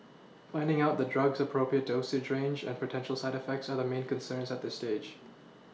finding out the drug's appropriate dosage range and potential side effects are main concerns at this stage